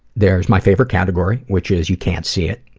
there's my favorite category which is you can't see it,